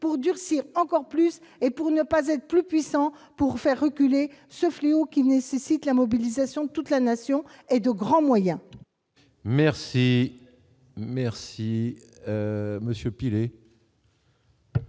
pour durcir encore plus et pour ne pas être plus puissant pour faire reculer ce fléau qui nécessite la mobilisation de toute la nation et de grands moyens. Merci, merci Monsieur Pilet.